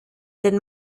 den